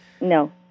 No